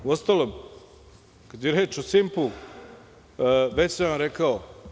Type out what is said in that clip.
Uostalom kada je reč o „Simpu“ već sam vam rekao.